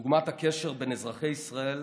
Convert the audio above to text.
דוגמת הקשר בין אזרחי ישראל